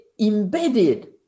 embedded